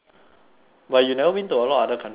but you never been to a lot other countries before [what]